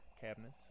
cabinets